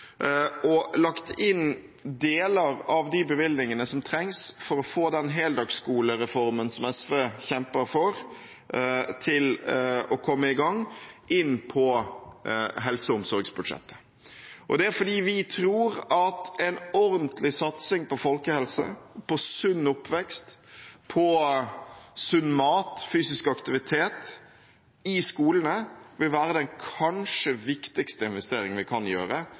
har lagt deler av de bevilgningene som trengs for å få i gang den heldagsskolereformen som SV kjemper for, inn på helse- og omsorgsbudsjettet. Det er fordi vi tror at en ordentlig satsing på folkehelse, på sunn oppvekst, sunn mat og fysisk aktivitet i skolene vil være den kanskje viktigste investeringen vi kan gjøre